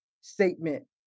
statement